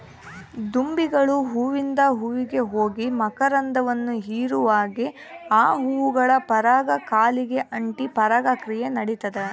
ದುಂಬಿಗಳು ಹೂವಿಂದ ಹೂವಿಗೆ ಹೋಗಿ ಮಕರಂದವನ್ನು ಹೀರುವಾಗೆ ಆ ಹೂಗಳ ಪರಾಗ ಕಾಲಿಗೆ ಅಂಟಿ ಪರಾಗ ಕ್ರಿಯೆ ನಡಿತದ